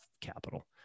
capital